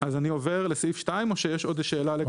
אני עובר לסעיף 2, יש עוד שאלה?